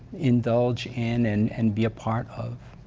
indulge in and and be a part of.